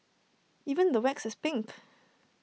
even the wax is pink